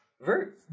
Vert